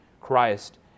Christ